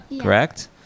correct